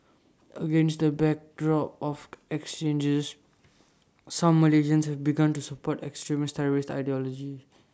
against the backdrop of exchanges some Malaysians have begun to support extremist terrorist ideology